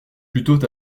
plutôt